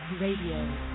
Radio